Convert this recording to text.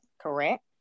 correct